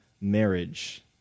marriage